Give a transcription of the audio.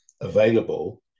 available